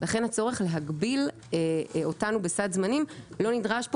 לכן הצורך להגביל אותנו בסד זמנים לא נדרש פה